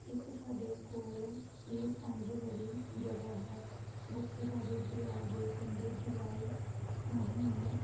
ਇੱਕ ਸਾਡੇ ਕੋਲ ਹੀ ਪੰਜ ਬੜੀ ਜਗ੍ਹਾ ਹੈ ਜਿੱਥੇ ਰਾਵੀ ਦਰਿਆ ਦੇ ਕੰਡੇ ਜੁਲਾਈ ਮਹੀਨੇ